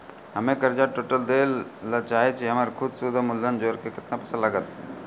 हम्मे कर्जा टोटल दे ला चाहे छी हमर सुद और मूलधन जोर के केतना पैसा लागत?